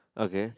okay